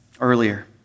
earlier